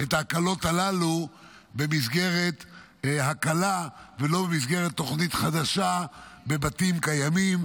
את ההקלות הללו במסגרת הקלה ולא במסגרת תוכנית חדשה בבתים קיימים,